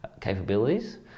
capabilities